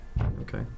Okay